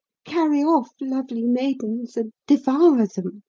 carry off lovely maidens and devour them